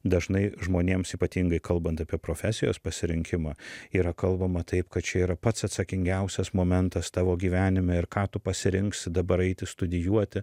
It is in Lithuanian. dažnai žmonėms ypatingai kalbant apie profesijos pasirinkimą yra kalbama taip kad čia yra pats atsakingiausias momentas tavo gyvenime ir ką tu pasirinksi dabar eiti studijuoti